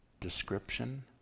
description